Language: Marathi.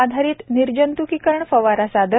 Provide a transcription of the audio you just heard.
आधारित निर्जंतुकीकरण फवारा सादर